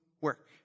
work